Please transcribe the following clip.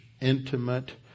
intimate